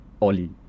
Ollie